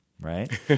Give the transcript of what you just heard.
Right